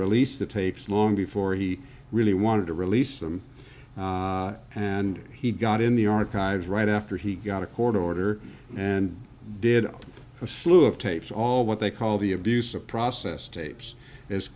release the tapes long before he really wanted to release them and he got in the archives right after he got a court order and did a slew of tapes all what they call the abuse of process tapes as